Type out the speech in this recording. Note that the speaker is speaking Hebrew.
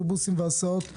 אוטובוסים והסעות ילדים.